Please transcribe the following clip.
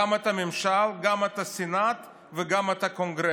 גם את הממשל, גם את הסנאט וגם את הקונגרס.